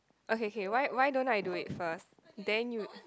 okay K K why why don't I do it first then you